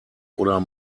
oder